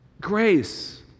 Grace